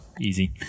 easy